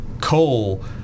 coal